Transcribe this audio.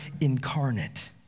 incarnate